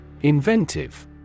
Inventive